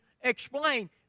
explain